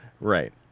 Right